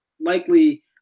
likely